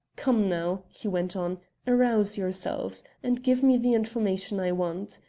come, now, he went on arouse yourselves and give me the information i want.